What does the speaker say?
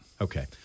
Okay